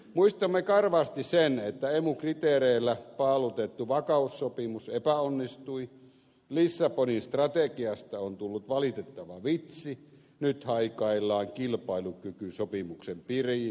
muistamme karvaasti sen että emu kriteereillä paalutettu vakaussopimus epäonnistui lissabonin strategiasta on tullut valitettava vitsi nyt haikaillaan kilpailukykysopimuksen piiriin